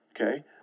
okay